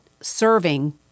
serving